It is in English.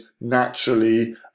naturally